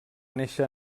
néixer